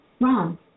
Wrong